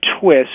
twist